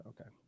Okay